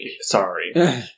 sorry